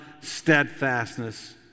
steadfastness